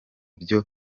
byo